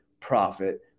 profit